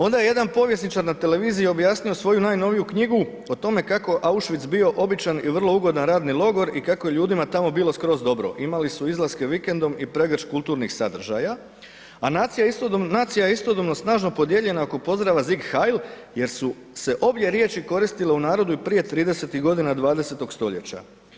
Onda je jedan povjesničar na televiziji objasnio svoju najnoviju knjigu o tome kako je Auschwitz bio običan i vrlo ugodan radni logor i kako je ljudima tamo bilo skroz dobro, imali su izlaske vikendom i pregršt kulturnih sadržaja, a nacija je istodobno snažno podijeljena oko pozdrava Sieg Heil jer su se obje riječi koristile u narodu i prije 30-tih godina 20. stoljeća.